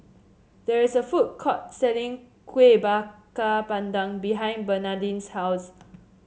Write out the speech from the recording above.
there is a food court selling Kueh Bakar Pandan behind Bernadine's house